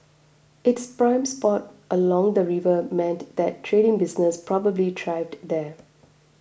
it's prime spot along the river meant that trading businesses probably thrived there